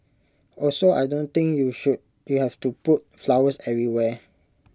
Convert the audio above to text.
also I don't think you should you have to put flowers everywhere